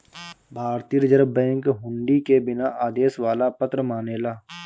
भारतीय reserve bank हुंडी के बिना आदेश वाला पत्र मानेला